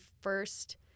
first